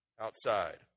Outside